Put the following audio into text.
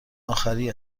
آخری